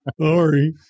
Sorry